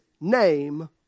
name